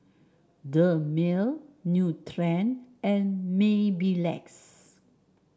Dermale Nutren and Mepilex